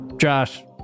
Josh